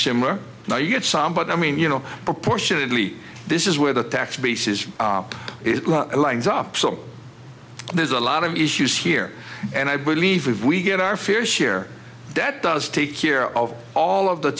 similar now you get some but i mean you know proportionately this is where the tax base is is lines up so there's a lot of issues here and i believe if we get our fair share that does take care of all of the